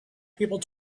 people